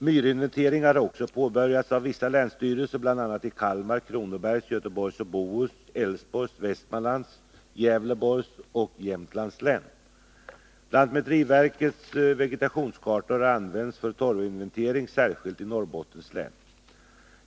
Myrinventeringar har också påbörjats av vissa länsstyrelser, bl.a. i Kalmar, Kronobergs, Göteborgs och Bohus, Älvsborgs, Västmanlands, Gävleborgs och Jämtlands län. Lantmäteriverkets vegetationskartor har använts för torvinventering, särskilt i Norrbottens län.